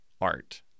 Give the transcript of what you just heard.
art